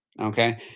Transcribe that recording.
Okay